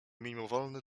mimowolny